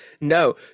no